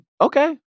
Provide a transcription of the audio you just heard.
okay